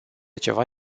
ceva